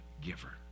giver